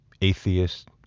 atheist